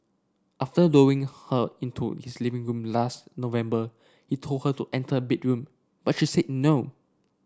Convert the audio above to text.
after luring her into his living room last November he told her to enter a bedroom but she said no